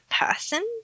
person